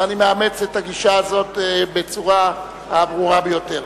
ואני מאמץ את הגישה הזאת בצורה הברורה ביותר.